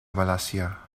malasia